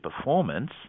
performance